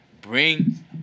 Bring